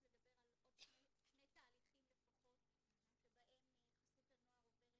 לדבר על עוד שני תהליכים לפחות שבהם חסות הנוער עוברת